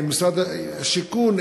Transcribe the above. ממשרד השיכון,